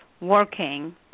working